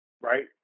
right